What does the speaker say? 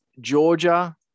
Georgia